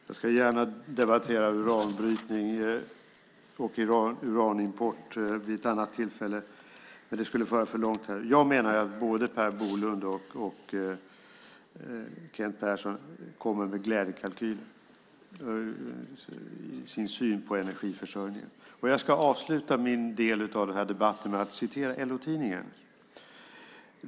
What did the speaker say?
Herr talman! Jag ska gärna debattera uranbrytning och uranimport vid ett annat tillfälle, men det skulle föra för långt här. Jag menar att både Per Bolund och Kent Persson kommer med glädjekalkyler i sin syn på energiförsörjningen. Jag ska avsluta min del av den här debatten med att läsa ur LO-tidningen.